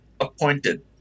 appointed